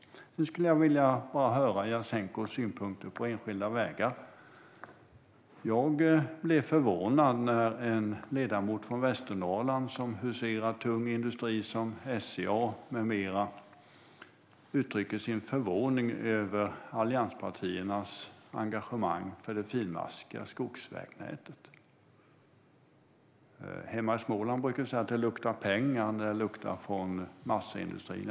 Nu vill jag höra Jasenkos synpunkter på enskilda vägar. Jag blir förvånad när en ledamot från Västernorrland, som hyser tung industri som SCA med mera, uttrycker sin förvåning över allianspartiernas engagemang för det finmaskiga skogsvägnätet. Hemma i Småland brukar vi säga att det luktar pengar när det luktar från massaindustrin.